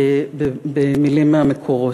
במילים מהמקורות,